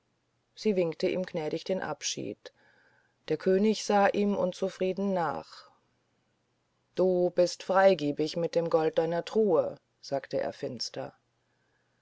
sie winkte ihm gnädig den abschied der könig sah ihm unzufrieden nach du bist freigebig mit dem gold deiner truhe sagte er finster